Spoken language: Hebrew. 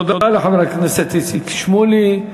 תודה לחבר הכנסת איציק שמולי.